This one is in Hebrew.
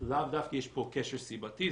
לאו דווקא יש פה קשר סיבתי,